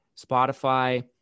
Spotify